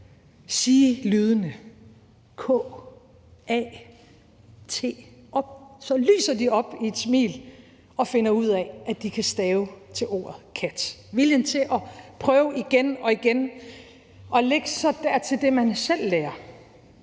sige lydene k-a-t, og så lyser de op i et smil og finder ud af, at de kan stave til ordet kat. Det er viljen til at prøve igen og igen. Læg så dertil det, man selv lærer.